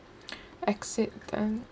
accident